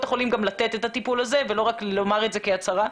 החולים גם לתת את הטיפול הזה ולא רק לומר את זה כהצהרה.